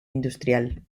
industrial